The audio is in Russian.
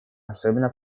особенно